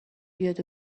بیاد